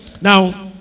Now